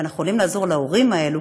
אבל אנחנו יכולים לעזור להורים האלה,